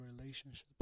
relationships